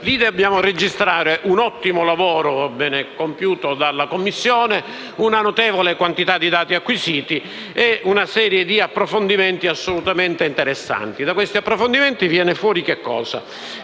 dobbiamo registrare un ottimo lavoro compiuto dalla Commissione, una notevole quantità di dati acquisiti e una serie di approfondimenti assolutamente interessanti, da cui emerge che in Sicilia,